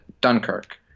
Dunkirk